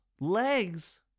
Legs